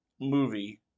movie